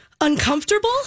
Uncomfortable